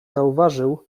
zauważył